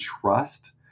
trust